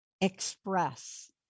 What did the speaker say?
express